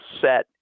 set